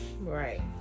Right